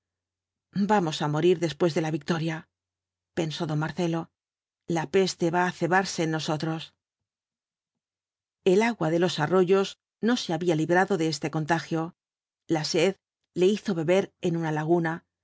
vamos á morir después de la victoria pensó don marcelo la peste va á cebarse en nosotros el agua de los arroyos no se había librado de este contagio la sed le hizo beber en una laguna